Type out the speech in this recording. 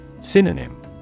Synonym